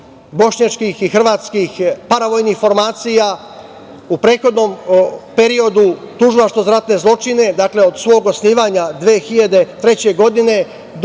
bošnjačkih i hrvatskih paravojnih formacija?U prethodnom periodu Tužilaštvo za ratne zločine, dakle, od svog osnivanja 2003. godine do